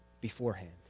beforehand